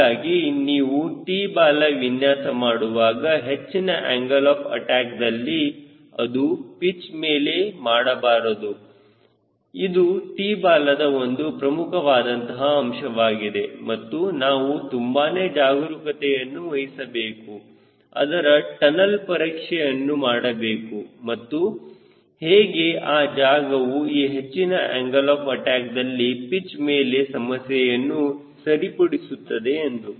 ಹೀಗಾಗಿ ನೀವು T ಬಾಲ ವಿನ್ಯಾಸ ಮಾಡುವಾಗ ಹೆಚ್ಚಿನ ಆಂಗಲ್ ಆಫ್ ಅಟ್ಯಾಕ್ದಲ್ಲಿ ಅದು ಪಿಚ್ಮೇಲೆ ಮಾಡಬಾರದು ಇದು T ಬಾಲದ ಒಂದು ಪ್ರಮುಖವಾದಂತಹ ಅಂಶವಾಗಿದೆ ಮತ್ತು ನಾವು ತುಂಬಾನೇ ಜಾಗರೂಕತೆಯನ್ನು ವಹಿಸಬೇಕು ಅದರ ಟನಲ್ ಪರೀಕ್ಷೆಯನ್ನು ಮಾಡಬೇಕು ಮತ್ತು ಹೇಗೆ ಆ ಜಾಗವು ಈ ಹೆಚ್ಚಿನ ಆಂಗಲ್ ಆಫ್ ಅಟ್ಯಾಕ್ದಲ್ಲಿ ಪಿಚ್ಮೇಲೆ ಸಮಸ್ಯೆಯನ್ನು ಸರಿಪಡಿಸುತ್ತದೆ ಎಂದು